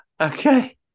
Okay